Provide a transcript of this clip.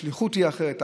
השליחות היא אחרת,